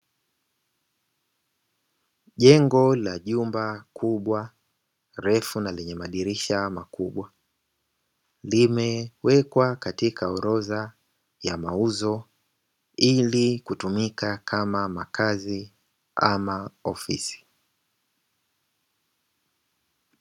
Jengo la jumba kubwa refu na lenye madirisha makubwa, limewekwa katika orodha ya mauzo ili kutumika kama makazi ama ofisi.